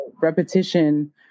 repetition